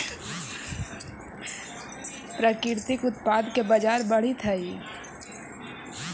प्राकृतिक उत्पाद के बाजार बढ़ित हइ